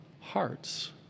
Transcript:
hearts